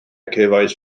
cefais